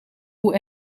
hoe